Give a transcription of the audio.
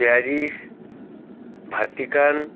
Paris Vatican